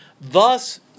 Thus